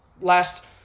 last